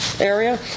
area